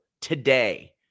today